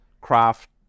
craft